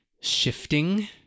shifting